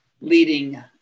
leading